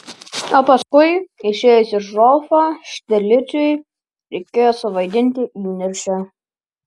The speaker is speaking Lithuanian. o paskui išėjus iš rolfo štirlicui reikėjo suvaidinti įniršį